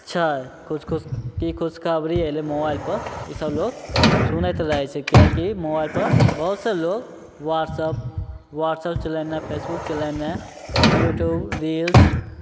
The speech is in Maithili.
छै किछु खुश कि खुशखबरी अयलै मोबाइलपर ईसभ लोक सुनैत रहै छै किएकि मोबाइलपर बहुत से लोक व्हाट्सअप व्हाट्सअप चलेनाय फेसबुक चलेनाय यूट्यूब रील्स